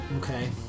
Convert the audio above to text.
Okay